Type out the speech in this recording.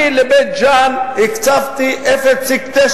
אני לבית-ג'ן הקצבתי 0.9,